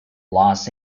los